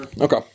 Okay